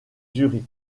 zurich